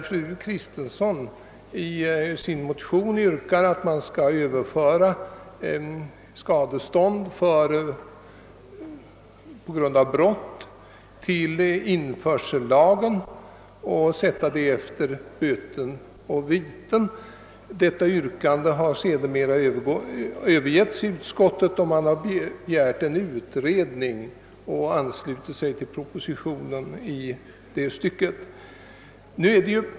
Fru Kristensson yrkade i sin Motion, att frågan om skadestånd på Srund av brott skall överföras till införsellagen och placeras efter vad som Sågs om böter och viten. Detta yrkande lar sedermera övergetts i utskottet och Man har i stället begärt en utredning Och anslutit sig till propositionen i det Stycket.